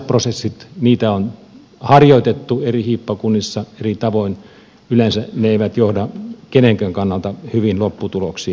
tällaisia prosesseja on harjoitettu eri hiippakunnissa eri tavoin yleensä ne eivät johda kenenkään kannalta hyviin lopputuloksiin